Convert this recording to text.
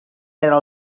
però